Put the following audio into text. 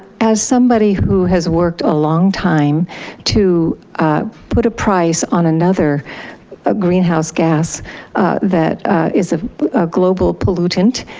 as somebody who has worked a long time to put a price on another ah greenhouse gas that is a global pollutant,